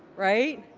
right?